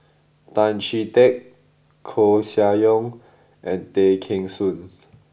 Tan Chee Teck Koeh Sia Yong and Tay Kheng Soon